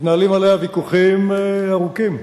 מתנהלים עליה ויכוחים ארוכים,